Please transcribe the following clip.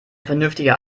vernünftiger